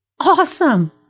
awesome